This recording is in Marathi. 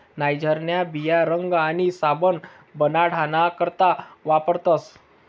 नाइजरन्या बिया रंग आणि साबण बनाडाना करता वापरतस